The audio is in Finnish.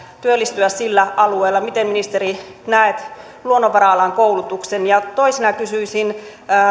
työllistyä sillä alueella miten ministeri näet luonnonvara alan koulutuksen ja toisena kysyisin